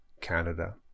Canada